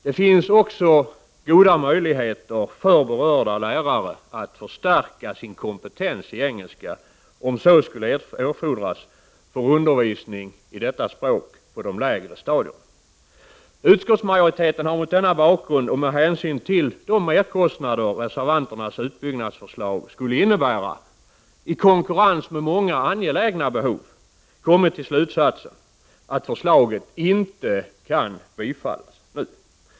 Det finns också goda möjligheter för berörda lärare att förstärka sin kompetens i engelska om så skulle erfordras för undervisning i detta språk på de lägre stadierna. Utskottsmajoriteten har mot denna bakgrund och med hänsyn till de merkostnader — i konkurrens med många angelägna behov — som reservanternas utbyggnadsförslag skulle innebära för stat och kommun, kommit till slutsatsen att förslaget inte kan tillstyrkas nu.